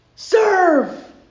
Serve